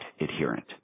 adherent